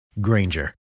Granger